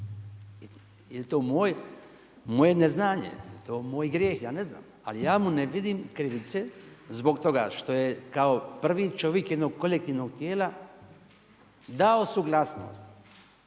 Jel to moje neznanje, jel to moj grijeh, ja ne znam, ali ja mu ne vidim krivice zbog toga što je kao prvi čovjek jednog kolektivnog tijela, dao suglasnost,